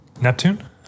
Neptune